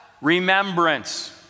Remembrance